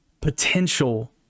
potential